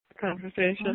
conversation